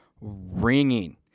ringing